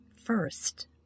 first